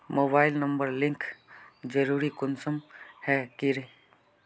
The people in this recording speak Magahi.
मोबाईल नंबर लिंक जरुरी कुंसम है की?